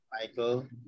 Michael